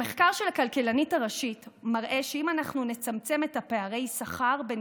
המחקר של הכלכלנית הראשית מראה שאם נצמצם את פערי השכר בין